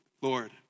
Lord